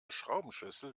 schraubenschlüssel